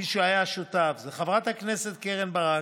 מי שהיה שותף זה חברת הכנסת קרן ברק,